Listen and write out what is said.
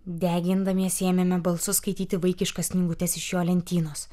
degindamiesi ėmėme balsu skaityti vaikiškas knygutes iš jo lentynos